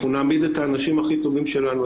אנחנו נעמיד את האנשים הכי טובים שלנו,